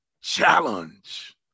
Challenge